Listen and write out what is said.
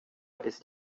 ist